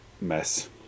mess